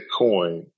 Bitcoin